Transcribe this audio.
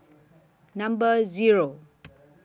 Number Zero